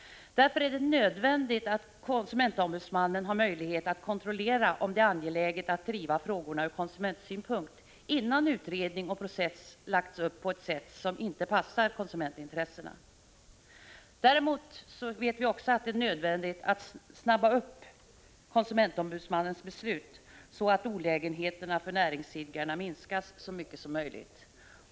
Därför är det nödvändigt att konsumentombudsmannen har möjlighet att kontrollera om det ur konsumentsynpunkt är angeläget att driva frågorna, innan utredning och process lagts upp på ett sätt som inte passar konsumentintressena. Vi vet att det är nödvändigt att konsumentombudsmannen fattar sina beslut snabbare, så att olägenheterna för näringsidkarna minskas så mycket som möjligt.